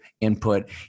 input